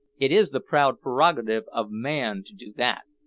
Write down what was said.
it is the proud prerogative of man to do that.